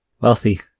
Wealthy